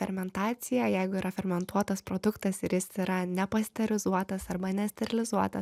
fermentacija jeigu yra fermentuotas produktas ir jis yra nepasterizuotas arba nesterilizuotas